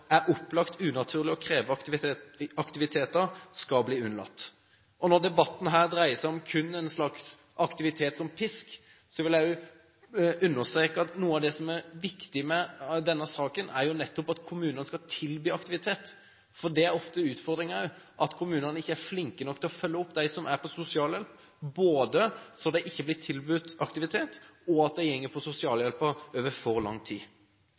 er opplagt unaturlig å kreve aktivitet av, skal bli unntatt. Når debatten her dreier seg kun om aktivitet som pisk, vil jeg også understreke at noe av det som er viktig med denne saken, er nettopp at kommunene skal tilby aktivitet. Det er ofte utfordringen også at kommunene ikke er flinke nok til å følge opp dem som er på sosialhjelp, både det at de ikke blir tilbudt aktivitet og at de går på sosialhjelp over for lang tid.